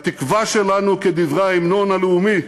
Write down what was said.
התקווה שלנו, כדברי ההמנון הלאומי,